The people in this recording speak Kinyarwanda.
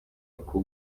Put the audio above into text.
uko